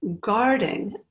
guarding